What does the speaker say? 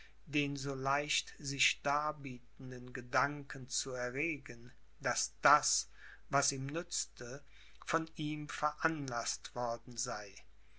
den so leicht sich darbietenden gedanken zu erregen daß das was ihm nützte von ihm veranlaßt worden sei